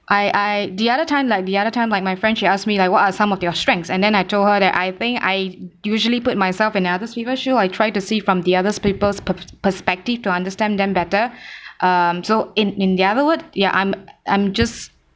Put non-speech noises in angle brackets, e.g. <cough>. I I the other time like the other time like my friend she asked me like what are some of your strengths and then I told her that I think I usually put myself in other people's shoes I try to see from the other people's perspective to understand them better <breath> so in in the other word ya I'm I'm just